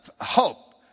Hope